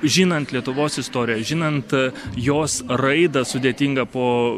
žinant lietuvos istoriją žinant jos raidą sudėtinga po